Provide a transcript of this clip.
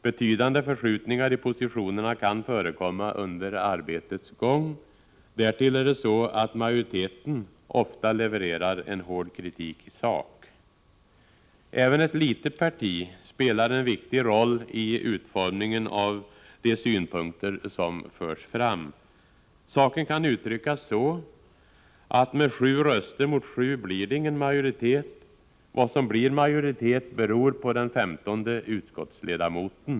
Betydande förskjutningar i positionerna kan förekomma under arbetets gång. Därtill är det så att majoriteten ofta levererar en hård kritik i sak. Även ett litet parti spelar en viktig roll i utformningen av de synpunkter som förs fram. Saken kan uttryckas så att med sju röster mot sju blir det ingen majoritet. Vad som blir majoritet beror på den femtonde utskottsledamoten.